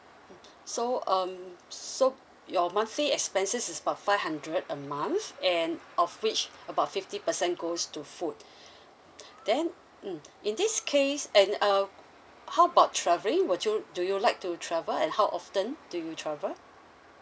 mm so um so your monthly expenses is about five hundred a month and of which about fifty percent goes to food then mm in this case and uh how about travelling would you do you like to travel and how often do you travel